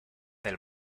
del